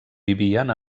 vivien